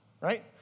right